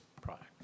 product